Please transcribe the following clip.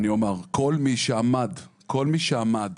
אני אומר, כל מי שעמד, כל מי שעמד